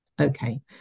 Okay